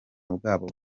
bwabo